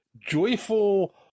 joyful